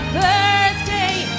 birthday